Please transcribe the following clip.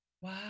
wow